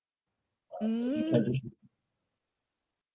mm